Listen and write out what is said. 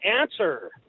answer